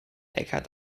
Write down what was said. eckhart